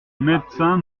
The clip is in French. médecin